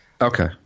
Okay